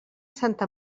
santa